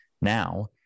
now